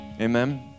Amen